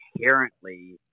inherently